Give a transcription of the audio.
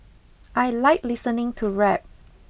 I like listening to rap